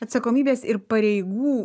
atsakomybės ir pareigų